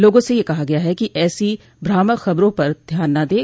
लोगों से कहा गया है कि वे ऐसी भ्रामक खबरों पर ध्यान न दें